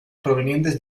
provenientes